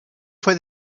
fue